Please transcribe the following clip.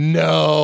no